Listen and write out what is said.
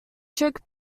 trick